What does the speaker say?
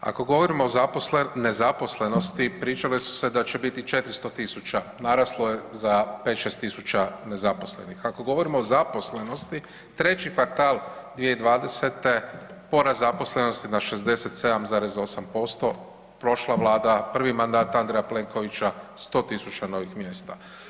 Ako govorimo o nezaposlenosti pričale su se da će biti 400.000 naraslo je za 5-6.000 nezaposlenih, ako govorimo o zaposlenosti 3 kvartal 2020.-te porast zaposlenosti na 67,8% prošla vlada prvi mandat Andreja Plenkovića 100.000 novih mjesta.